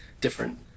Different